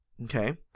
Okay